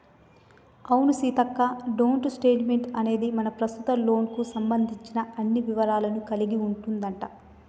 అవును సీతక్క డోంట్ స్టేట్మెంట్ అనేది మన ప్రస్తుత లోన్ కు సంబంధించిన అన్ని వివరాలను కలిగి ఉంటదంట